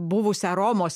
buvusią romos